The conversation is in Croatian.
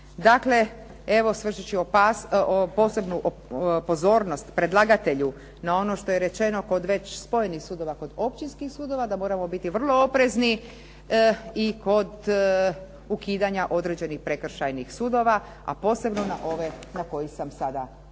Dakle, evo svršit ću posebnu pozornost predlagatelju na ono što je rečeno kod već spojenih sudova kod općinskih sudova da moramo biti vrlo oprezni i kod ukidanja određenih prekršajnih sudova, a posebno na ove na koje sam sada ukazala,